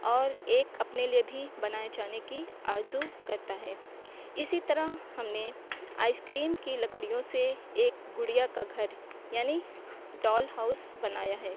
اور ایک اپنے لیے بھی بنائے جانے کی آرزو کرتا ہے اسی طرح ہم نے آئس کریم کی لکڑیوں سے ایک گڑیا کا گھر یعنی ڈول ہاؤس بنایا ہے